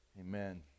Amen